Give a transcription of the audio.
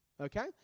okay